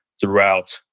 throughout